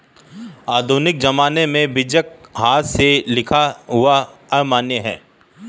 आधुनिक ज़माने में बीजक हाथ से लिखा हुआ अमान्य है